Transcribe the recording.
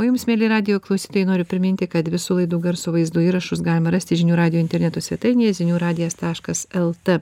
o jums mieli radijo klausytojai noriu priminti kad visų laidų garso vaizdo įrašus galima rasti žinių radijo interneto svetainėje zinių radijas taškas lt